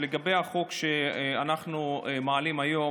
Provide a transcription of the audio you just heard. אני רוצה להגיד כמה דברים לגבי החוק שאנחנו מעלים היום.